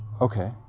Okay